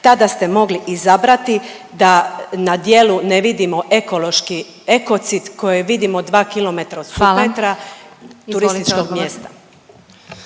Tada ste mogli izabrati da na djelu ne vidimo ekološki ekocid koji vidimo 2 km od Supetra … …/Upadica